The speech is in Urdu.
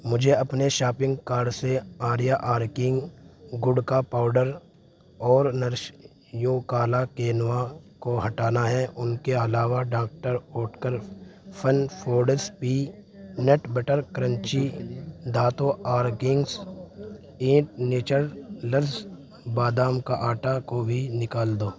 مجھے اپنے شاپنگ کارڈ سے آریہ آرکنگ گڑ کا پاؤڈر اور نرش یو کالا کینوا کو ہٹانا ہے ان کے علاوہ doctor Oetker fun foods peanut butter crunchy Dhatu organics ایٹ نیچر لز بادام کا آٹا کو بھی نکال دو